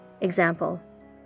Example